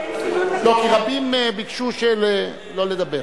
רבים ביקשו שלא לדבר.